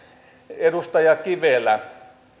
edustaja kivelä